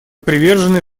привержены